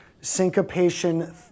syncopation